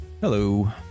Hello